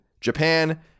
Japan